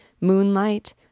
moonlight